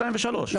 2 ו-3,